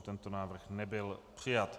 Tento návrh nebyl přijat.